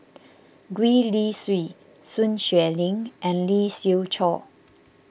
Gwee Li Sui Sun Xueling and Lee Siew Choh